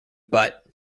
but